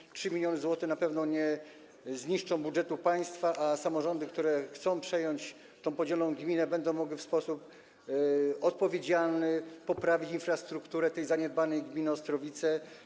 Kwota 3 mln zł na pewno nie zniszczy budżetu państwa, a samorządy, które chcą przejąć tę podzieloną gminę, będą mogły w sposób odpowiedzialny poprawić infrastrukturę tej zaniedbanej gminy Ostrowice.